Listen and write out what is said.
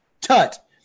Tut